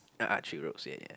ah ah three roles ya ya